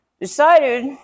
decided